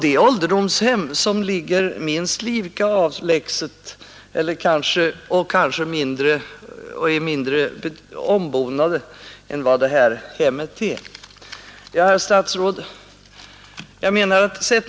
Dessa ålderdomshem ligger minst lika avlägset och är kanske mindre ombonade än hemmet där de nu vistas.